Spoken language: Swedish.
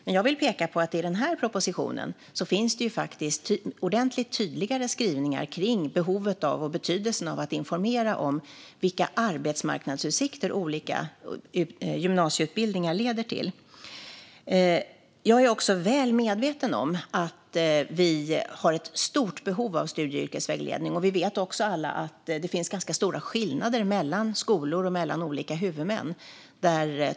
Men i den här propositionen finns det faktiskt ordentligt tydligare skrivningar om behovet av och betydelsen av att informera om vilka arbetsmarknadsutsikter olika gymnasieutbildningar leder till. Jag är också väl medveten om att det finns ett stort behov av studie och yrkesvägledning. Vi vet också alla att det finns ganska stora skillnader mellan skolor och mellan olika huvudmän.